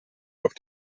auf